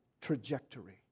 trajectory